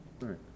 right